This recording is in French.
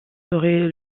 saurait